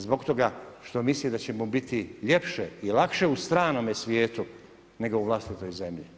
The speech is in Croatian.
Zbog toga što misli da će mu biti ljepše i lakše u stranome svijetu nego u vlastitoj zemlji?